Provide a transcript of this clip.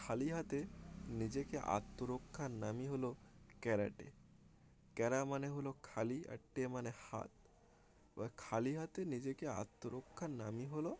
খালি হাতে নিজেকে আত্মরক্ষার নামই হলো ক্যারাটে ক্যেরা মানে হলো খালি এক টে মানে হাত বা খালি হাতে নিজেকে আত্মরক্ষার নামই হলো